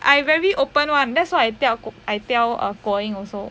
I very open one that's why tell I tell uh guo ying also